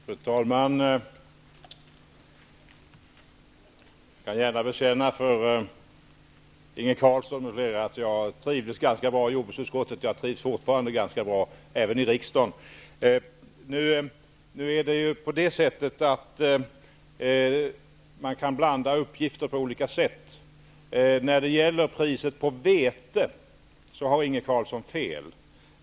Fru talman! Jag kan gärna bekänna för Inge Carlsson att jag trivdes ganska bra i jordbruksutskottet, och jag trivs även ganska bra i riksdagen fortfarande. Det är ju på det sättet att man kan blanda uppgifter på olika sätt. När det gäller priset på vete har Inge Carlsson fel.